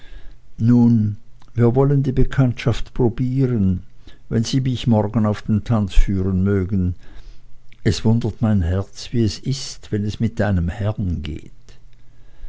nun wir wollen die bekanntschaft probieren wenn sie mich morgen auf den tanz führen mögen es wundert mein herz wie es ist wenn es mit einem herrn geht